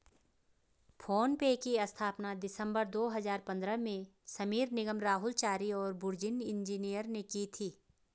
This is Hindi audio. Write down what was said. फ़ोन पे की स्थापना दिसंबर दो हजार पन्द्रह में समीर निगम, राहुल चारी और बुर्जिन इंजीनियर ने की थी